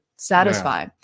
satisfy